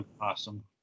Awesome